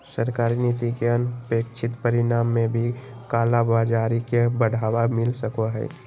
सरकारी नीति के अनपेक्षित परिणाम में भी कालाबाज़ारी के बढ़ावा मिल सको हइ